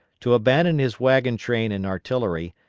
to abandon his wagon train and artillery,